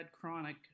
chronic